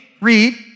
read